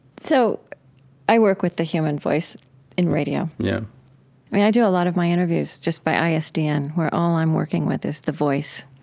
so i work with the human voice in radio yeah i mean i do a lot of my interviews just by isdn, where all i'm working with is the voice